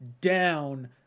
down